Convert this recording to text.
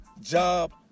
job